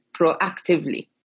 proactively